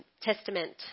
Testament